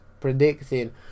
predicting